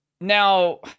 Now